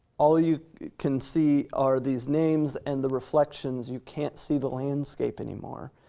all you can see are these names and the reflections. you can't see the landscape anymore.